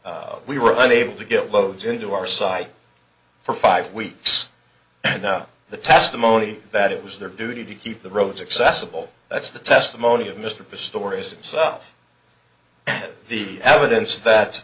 open we were unable to get loads into our site for five weeks and the testimony that it was their duty to keep the roads accessible that's the testimony of mr pistorius himself the evidence that